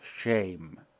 shame